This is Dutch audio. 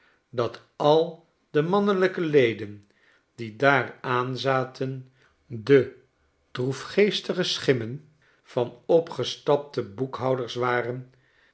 dat al de mannelijkeleden die daar aanzaten de droefgeestige schimmen van opgestapte boekhouders waren